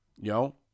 Yo